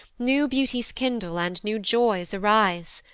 new beauties kindle, and new joys arise!